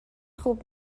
خوب